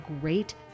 great